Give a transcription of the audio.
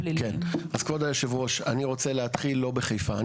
אז כבוד היושב ראש אני רוצה להתחיל לא בחיפה,